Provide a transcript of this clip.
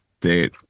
date